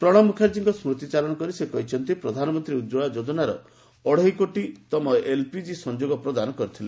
ପ୍ରଣବ ମୁଖାର୍ଜୀଙ୍କ ସ୍କୁତିଚାରଣ କରି ସେ କହିଛନ୍ତି ଯେ ପ୍ରଧାନମନ୍ତ୍ରୀ ଉଜ୍ଜଳା ଯୋଜନାରେ ଅଢ଼େଇ କୋଟି ତମ ଏଲ୍ପିଜି ସଂଯୋଗ ପ୍ରଦାନ କରିଥିଲେ